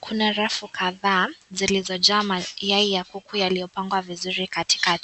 Kuna rafu kathaa, zilizojazwa mayai ya kuku yaliopangwa vizuri katika.